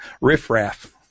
Riffraff